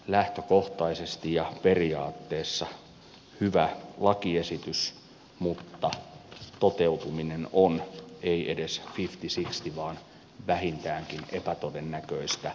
lähtökohtaisesti ja periaatteessa hyvä lakiesitys mutta toteutuminen on ei edes fifty sixty vaan vähintäänkin epätodennäköistä